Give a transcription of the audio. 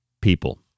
people